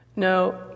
No